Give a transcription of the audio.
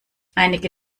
einige